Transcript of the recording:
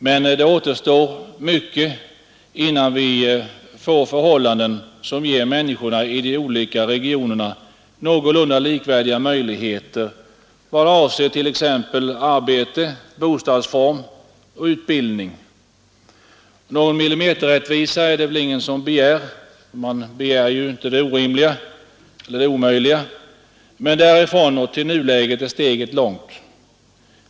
Men det återstår mycket innan vi får förhållanden som ger människorna i de olika regionerna någorlunda likvärdiga möjligheter i vad avser t.ex. arbete, bostadsform och utbildning. Någon millimeterrättvisa är det väl ingen som begär — man begär ju inte det omöjliga — men därifrån till nuläget är steget långt.